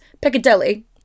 Piccadilly